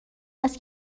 است